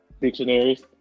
dictionaries